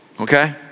okay